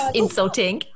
insulting